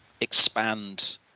expand